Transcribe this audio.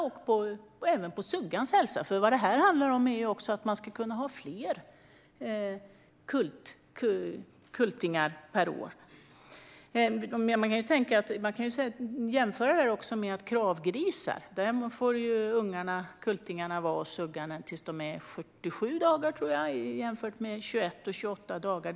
Det påverkar även suggans hälsa, för hon ska ju kunna ha fler kullar per år. Man kan jämföra med Kravgrisar. Där får kultingarna vara hos suggan tills de är 47 dagar, tror jag, jämfört med 21 och 28 dagar.